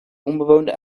onbewoonde